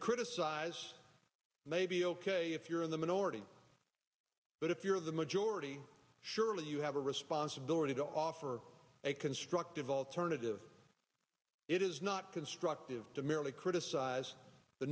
criticize maybe ok if you're the minority but if you're the majority surely you have a responsibility to offer a constructive alternative it is not constructive to merely criticize the